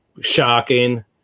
shocking